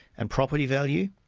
and property value,